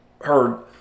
heard